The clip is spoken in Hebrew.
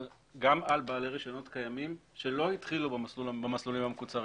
על בעלי רישיונות קיימים שלא התחילו במסלולים המקוצרים.